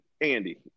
Andy